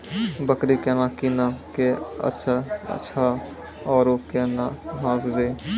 बकरी केना कीनब केअचछ छ औरू के न घास दी?